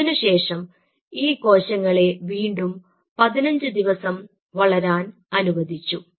അതിനുശേഷം ഈ കോശങ്ങളെ വീണ്ടും 15 ദിവസം വളരാൻ അനുവദിച്ചു